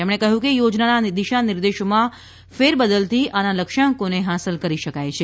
તેમણે કહ્યું કે યોજનાના દિશાનિર્દેશોમાં ફેરબદલથી આના લક્ષ્યાંકોને હાંસલ કરી શકાય છે